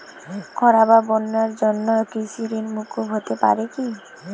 খরা বা বন্যার জন্য কৃষিঋণ মূকুপ হতে পারে কি?